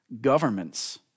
Governments